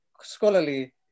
scholarly